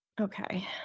Okay